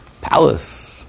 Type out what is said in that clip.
palace